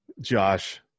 Josh